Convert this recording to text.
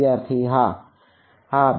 વિદ્યાર્થી હા આ